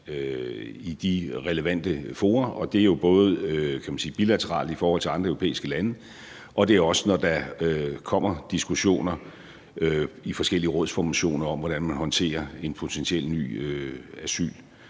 i de relevante fora, og det er jo både bilateralt i forhold til andre europæiske lande, og det er også, når der kommer diskussioner i forskellige rådsformationer om, hvordan man håndterer en potentiel ny asylkrise.